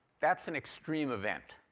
that's an extreme event.